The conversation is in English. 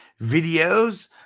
videos